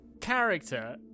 character